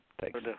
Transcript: Thanks